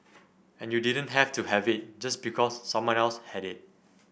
and you didn't have to have it just because someone else had it